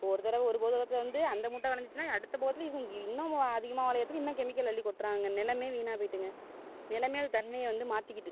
இப்போ ஒரு தடவ ஒரு போகத்தில் வந்து அந்த மூட்டை வெளைஞ்சிச்சினா அடுத்த போகத்தில் இவங்க இன்னமும் அதிகமாக வெளையறதுக்கு இன்னும் கெமிக்கலை அள்ளிக் கொட்டுறாங்க நிலமே வீணாக போய்ட்டுங்க நிலமே அது தன்மையை வந்து மாற்றிக்கிட்டு